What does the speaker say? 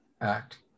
Act